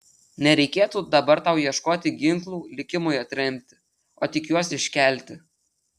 nereikėtų dabar tau ieškoti ginklų likimui atremti o tik juos iškelti